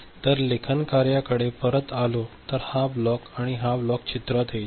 तर लेखन कार्याकडे परत आलो तर हा ब्लॉक आणि हा ब्लॉक चित्रात येईल